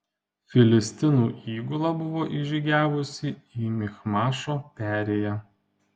filistinų įgula buvo įžygiavusi į michmašo perėją